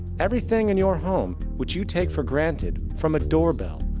everything in your home, which you take for granted from a doorbell,